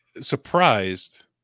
surprised